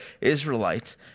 Israelites